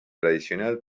tradicional